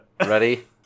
Ready